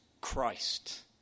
Christ